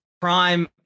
prime